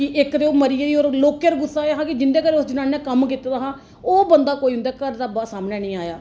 कि इक ते ओह् मरी गेई होर लोकें पर गुस्सा एह् हा कि जिंदे घरें उस जनानी ने कम्म कीते दा हा ओह् बंदा कोई उंदे घरा दा कोई सामनै नी आया